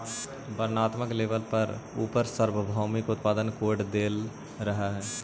वर्णात्मक लेबल पर उपर सार्वभौमिक उत्पाद कोड देल रहअ हई